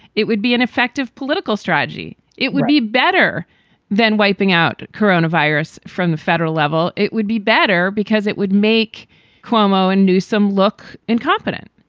it would be an effective political strategy. it would be better than wiping out coronavirus from the federal level. it would be better because it would make cuomo and newsom look incompetent.